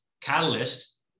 catalyst